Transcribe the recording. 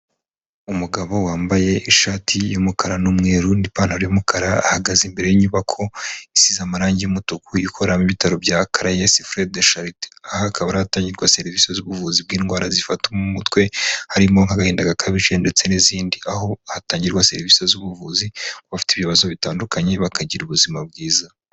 Umugabo wambaye ishati y'umukara n'umweru n'Ipantaro y'umukara. Ahagaze imbere y'inyubako isize amarangi y'umutuku ikoramo ibitaro bya Caraes Frere de Charite. Aha akaba ari ahatangirwa serivisi z'ubuvuzi bw'indwara zifata umutwe, harimo nk'agahinda gakabije ndetse n'izindi. Aho hatangirwa serivisi z'ubuvuzi ku bafite ibyo bibazo bitandukanye bakagira ubuzima bwiza.